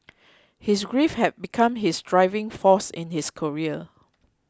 his grief had become his driving force in his career